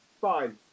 fine